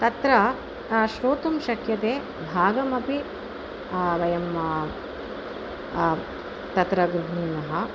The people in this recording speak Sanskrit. तत्र श्रोतुं शक्यते भागमपि वयं तत्र गृह्णीमः